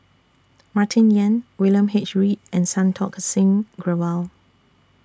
Martin Yan William H Read and Santokh Singh Grewal